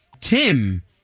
Tim